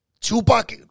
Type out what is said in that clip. Tupac